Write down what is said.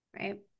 right